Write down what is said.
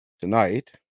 Tonight